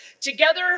Together